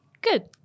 Good